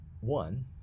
One